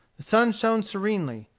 the sun shone serenely,